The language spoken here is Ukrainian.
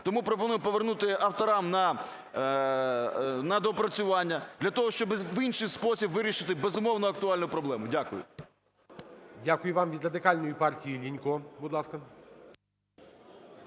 Тому пропоную повернути авторам на доопрацювання для того, щоб в інший спосіб вирішити, безумовно, актуальну проблему. Дякую. ГОЛОВУЮЧИЙ. Дякую вам. Від Радикальної партії Лінько,